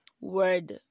word